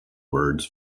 words